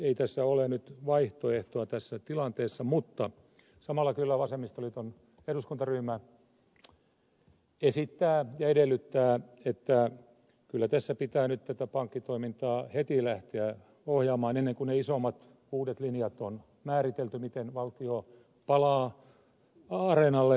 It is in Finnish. ei tässä ole nyt vaihtoehtoa tässä tilanteessa mutta samalla kyllä vasemmistoliiton eduskuntaryhmä esittää ja edellyttää että kyllä tässä pitää nyt tätä pankkitoimintaa heti lähteä ohjaamaan ennen kuin ne isommat uudet linjat on määritelty miten valtio palaa areenalle